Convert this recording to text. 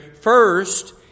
First